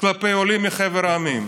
כלפי עולים מחבר העמים,